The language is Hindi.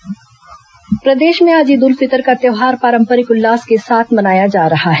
ईद उल फितर प्रदेश में आज ईद उल फितर का त्यौहार पारंपरिक उल्लास के साथ मनाया जा रहा है